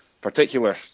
particular